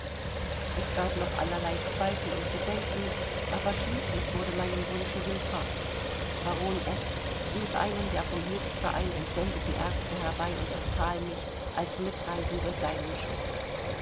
es gab noch allerlei zweifel und bedenken aber schließlich wurde meinem wunsche willfahrt baron s rief einen der vom hilfsverein entsendeten arzte herbei und empfahl mich als mitreisende seinem schutz